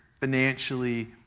financially